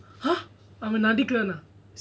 !huh! அவன்நடிக்குறானா:avan nadikurana